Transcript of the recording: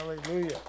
Hallelujah